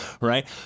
Right